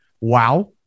Wow